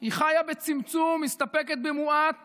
היא חיה בצמצום, מסתפקת במועט